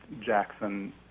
Jackson